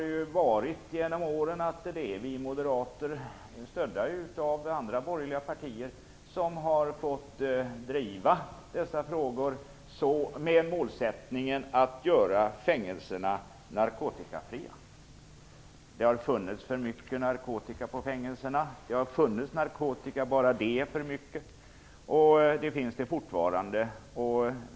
Det har ju genom åren varit vi moderater, stödda av andra borgerliga partier, som har fått driva dessa frågor med målsättningen att göra fängelserna narkotikafria. Det har funnits för mycket narkotika på fängelserna. Bara det faktum att det har funnits narkotika är för mycket. Fortfarande finns där narkotika.